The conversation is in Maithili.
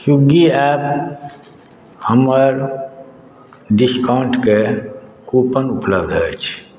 स्विगी ऐप्प हमर डिस्काउन्टके कूपन उपलब्ध अछि